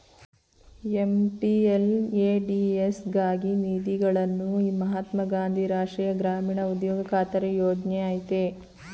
MPLADS ಗಾಗಿ ನಿಧಿಗಳನ್ನು ಮಹಾತ್ಮ ಗಾಂಧಿ ರಾಷ್ಟ್ರೀಯ ಗ್ರಾಮೀಣ ಉದ್ಯೋಗ ಖಾತರಿ ಯೋಜ್ನ ಆಯ್ತೆ